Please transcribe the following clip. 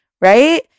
right